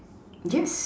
yes